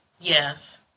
Yes